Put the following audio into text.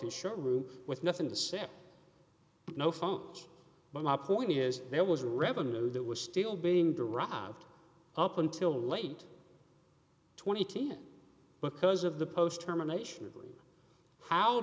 the short room with nothing to say no phone but my point is there was revenue that was still being derived up until late twenty teens because of the post terminations how